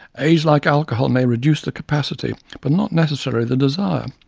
age, like alcohol, may reduce the capacity but not necessarily the desire.